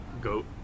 Goat